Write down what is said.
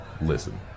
listen